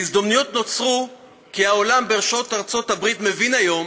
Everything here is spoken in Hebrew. ההזדמנויות נוצרו כי העולם בראשות ארצות הברית מבין היום